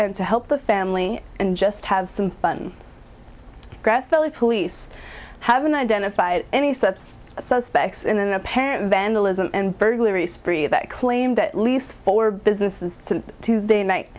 and to help the family and just have some fun police haven't identified any steps suspects in an apparent vandalism and burglary spree that claimed at least four businesses tuesday night